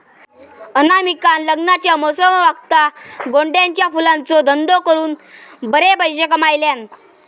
अनामिकान लग्नाच्या मोसमावक्ता गोंड्याच्या फुलांचो धंदो करून बरे पैशे कमयल्यान